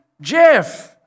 Jeff